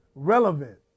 relevant